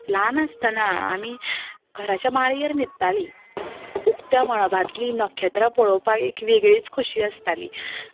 ल्हान आसतना आमी घराच्या माळयेर न्हिदतालीं उकत्या मळबांतली नखेत्रां पळोवपाक एक वेगळीच खोशी आसताली